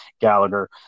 Gallagher